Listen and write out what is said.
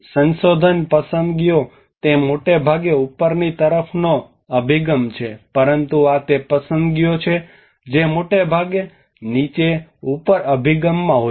સંશોધન પસંદગીઓ તે મોટે ભાગે ઉપરની તરફનો અભિગમ હોય છે પરંતુ આ તે પસંદગીઓ છે જે મોટે ભાગે નીચે ઉપર અભિગમમાં હોય છે